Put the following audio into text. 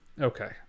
Okay